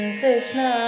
krishna